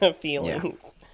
feelings